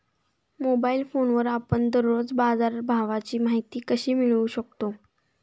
Mobile फोनवर आपण दररोज बाजारभावाची माहिती कशी मिळवू शकतो?